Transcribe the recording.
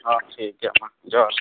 ᱦᱚᱸ ᱴᱷᱤᱠᱜᱮᱭᱟ ᱢᱟ ᱡᱚᱦᱟᱨ